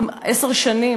עשר שנים,